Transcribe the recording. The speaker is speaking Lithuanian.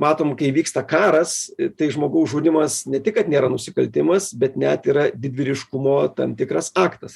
matom kai vyksta karas tai žmogaus žudymas ne tik kad nėra nusikaltimas bet net yra didvyriškumo tam tikras aktas